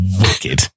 Wicked